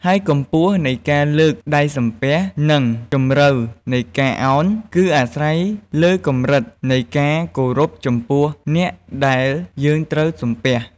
ហើយកម្ពស់នៃការលើកដៃសំពះ និងជម្រៅនៃការឱន គឺអាស្រ័យលើកម្រិតនៃការគោរពចំពោះអ្នកដែលយើងត្រូវសំពះ។